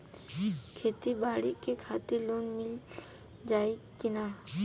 खेती बाडी के खातिर लोन मिल जाई किना?